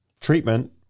treatment